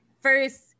first-